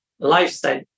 Lifestyle